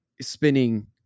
spinning